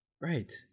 right